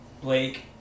Blake